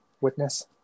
witness